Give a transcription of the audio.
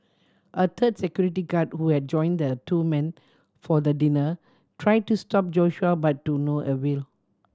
a third security guard who had joined the two men for the dinner try to stop Joshua but to no avail